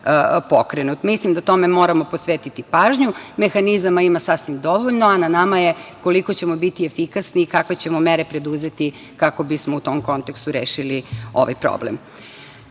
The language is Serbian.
Mislim da tome moramo posvetiti pažnju. Mehanizama ima sasvim dovoljno, a na nama je koliko ćemo biti efikasni i kakve ćemo mere preduzeti kako bismo u tom kontekstu rešili ovaj problem. Razvoj